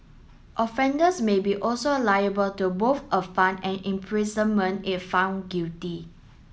offenders may be also liable to both a fine and imprisonment if found guilty